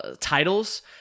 titles